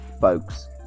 folks